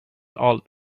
all